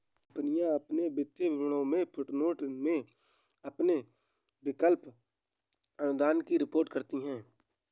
कंपनियां अपने वित्तीय विवरणों में फुटनोट में अपने विकल्प अनुदान की रिपोर्ट करती हैं